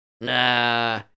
Nah